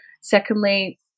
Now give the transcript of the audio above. Secondly